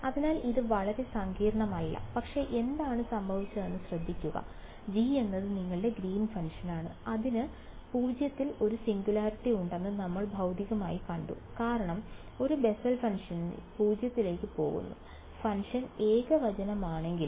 അതിനാൽ ഇത് വളരെ സങ്കീർണ്ണമല്ല പക്ഷേ എന്താണ് സംഭവിച്ചതെന്ന് ശ്രദ്ധിക്കുക G എന്നത് നിങ്ങളുടെ ഗ്രീൻ ഫംഗ്ഷനാണ് അതിന് 0 ൽ ഒരു സിംഗുലാരിറ്റി ഉണ്ടെന്ന് നമ്മൾ ഭൌതികമായി കണ്ടു കാരണം ഒരു ബെസ്സൽ Y ഫംഗ്ഷനിൽ 0 ലേക്ക് പോകുന്നു ഫംഗ്ഷൻ ഏകവചനമാണെങ്കിലും